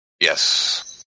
Yes